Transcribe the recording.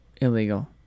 illegal